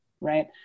Right